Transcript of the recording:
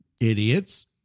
idiots